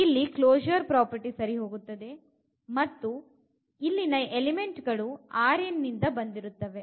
ಇಲ್ಲಿ closure property ಸರಿಯಾಗುತ್ತದೆ ಮತ್ತು ಇಲ್ಲಿನ ಎಲಿಮೆಂಟ್ ಗಳು ಇಂದ ಬಂದಿರುತ್ತವೆ